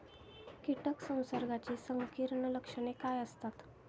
कीटक संसर्गाची संकीर्ण लक्षणे काय असतात?